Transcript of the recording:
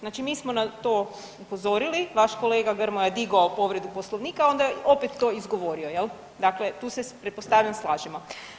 Znači mi smo na to upozorili, vaš kolega Grmoja je digao povredu Poslovnika onda je opet to izgovorio jel, dakle tu se pretpostavljam slažemo.